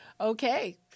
Okay